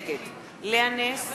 נגד לאה נס,